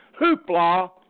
hoopla